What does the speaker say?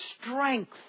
strength